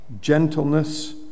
gentleness